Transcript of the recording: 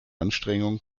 anstrengung